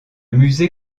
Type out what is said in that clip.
musée